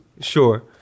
Sure